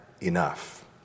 enough